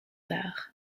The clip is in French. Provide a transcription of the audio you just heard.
tard